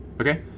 Okay